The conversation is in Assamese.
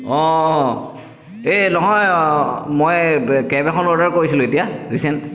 অঁ অঁ নহয় মই কেব এখন অৰ্ডাৰ কৰিছিলোঁ এতিয়া ৰিচেণ্ট